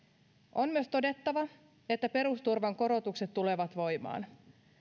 on myös todettava että perusturvan korotukset tulevat voimaan